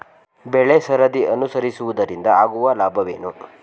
ಬೆಳೆಸರದಿ ಅನುಸರಿಸುವುದರಿಂದ ಆಗುವ ಲಾಭವೇನು?